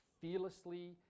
fearlessly